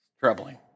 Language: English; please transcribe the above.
troubling